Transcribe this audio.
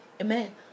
Amen